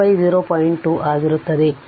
2 ಸೆಕೆಂಡುಗಳು t 0